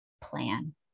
plan